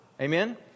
Amen